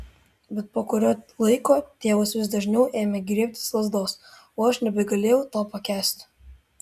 bet po kurio laiko tėvas vis dažniau ėmė griebtis lazdos o aš nebegalėjau to pakęsti